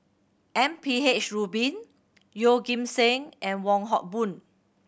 M P H Rubin Yeoh Ghim Seng and Wong Hock Boon